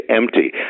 empty